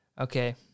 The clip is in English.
Okay